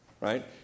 right